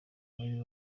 muri